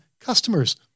customers